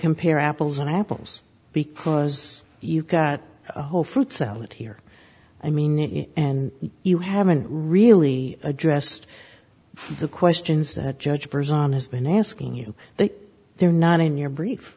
compare apples and apples because you've got a whole fruit salad here i mean it and you haven't really addressed the questions that judge person has been asking you that they're not in your brief